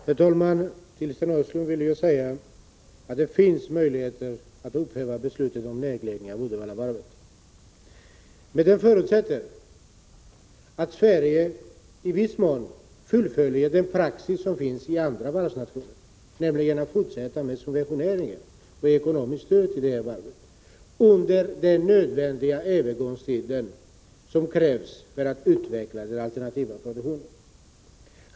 Herr talman! Till Sven Östlund vill jag säga att det finns möjligheter att upphäva beslutet om nedläggning av Uddevallavarvet. Men det förutsätter att Sverige i viss mån tillämpar den praxis som finns i andra varvsnationer, nämligen att fortsätta med subventioneringen och ge ekonomiskt stöd till det här varvet under den övergångstid som är nödvändig för att utveckla den alternativa produktionen.